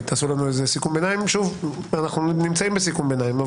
אנחנו נמצאים בסיכום ביניים.